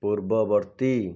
ପୂର୍ବବର୍ତ୍ତୀ